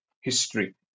history